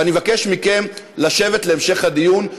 ואני מבקש מכם לשבת להמשך הדיון,